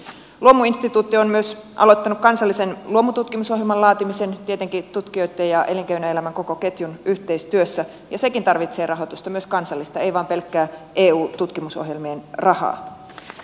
luomuinstituutti on aloittanut myös kansallisen luomututkimusohjelman laatimisen tietenkin tutkijoitten ja elinkeinoelämän koko ketjun yhteistyössä ja sekin tarvitsee rahoitusta myös kansallista ei vain pelkkää eu tutkimusohjelmien rahaa